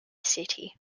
city